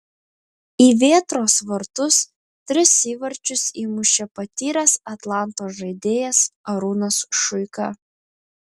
į vėtros vartus tris įvarčius įmušė patyręs atlanto žaidėjas arūnas šuika